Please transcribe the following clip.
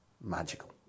magical